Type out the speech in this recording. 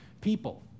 people